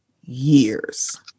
years